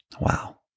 Wow